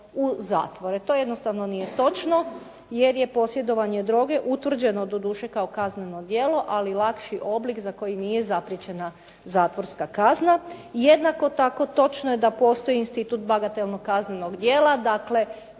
To jednostavno nije točno, jer je posjedovanje droge utvrđeno doduše kao kazneno djelo, ali lakši oblik za koji nije zapriječena zatvorska kazna. Jednako tako točno je da postoji institut bagatelnog kaznenog djela,